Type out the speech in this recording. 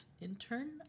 intern